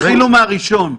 תתחילו מהראשון.